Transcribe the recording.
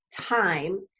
time